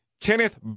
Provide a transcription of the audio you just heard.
Kenneth